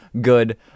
good